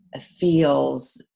feels